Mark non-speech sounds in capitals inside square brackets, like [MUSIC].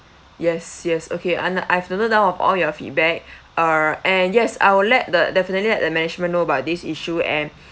yes yes okay and I have noted down of all your feedback [BREATH] err and yes I will let the definitely let the management know about this issue and [BREATH]